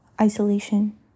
isolation